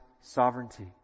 sovereignty